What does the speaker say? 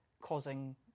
causing